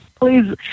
please